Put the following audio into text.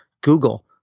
Google